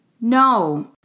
No